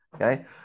Okay